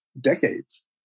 decades